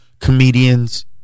comedians